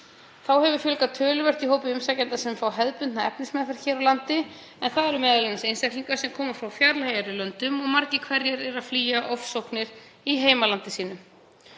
Þá hefur fjölgað töluvert í hópi umsækjenda sem fá hefðbundna efnismeðferð hér á landi en það eru m.a. einstaklingar sem koma frá fjarlægari löndum og margir hverjir eru að flýja ofsóknir í heimalandi sínu.